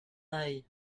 aille